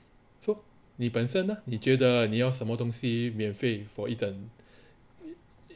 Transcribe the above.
so 你本身那你觉得你要什么东西免费 for 一整